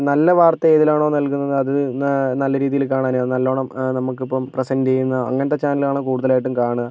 നല്ല വാർത്ത ഏതിലാണോ നൽകുന്നത് അത് നല്ല രീതിയിൽ കാണാൻ നല്ലവണ്ണം നമുക്ക് ഇപ്പം പ്രസന്റ് ചെയ്യുന്ന അങ്ങനത്തെ ചാനലാണ് കൂടുതലായിട്ടും കാണുക